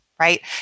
right